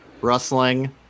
rustling